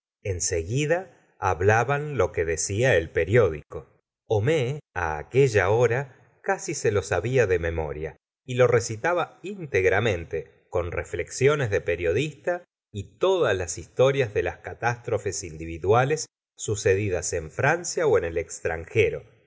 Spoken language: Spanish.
seguida hablaban lo que decía el periódico homais aquella hora casi se lo sabía de memoria y lo recitaba íntegramente con reflexiones de periodista y todas las historias de las catstrofes individuales sucedidas en francia en el extranjero